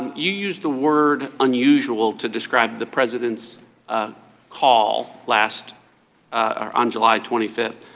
you used the word unusual to describe the president's ah call last on july twenty five.